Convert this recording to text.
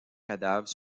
cadavres